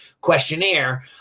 questionnaire